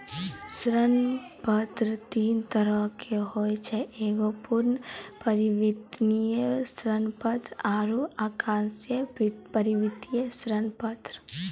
ऋण पत्र तीन तरहो के होय छै एगो पूर्ण परिवर्तनीय ऋण पत्र आरु आंशिक परिवर्तनीय ऋण पत्र